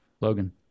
Logan